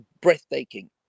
breathtaking